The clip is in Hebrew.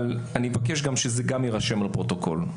אני מבקש שגם יירשם בפרוטוקול.